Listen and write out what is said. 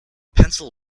pencil